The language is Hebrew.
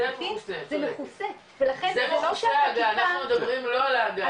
זה מכוסה ולכן --- אנחנו מדברים לא על ההגעה,